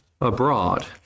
abroad